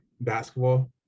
basketball